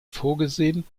vorgesehen